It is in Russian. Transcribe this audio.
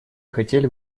хотели